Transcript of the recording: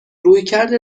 رویکرد